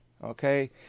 Okay